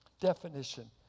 definition